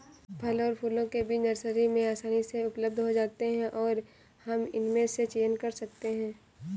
फल और फूलों के बीज नर्सरी में आसानी से उपलब्ध हो जाते हैं और हम इनमें से चयन कर सकते हैं